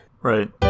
Right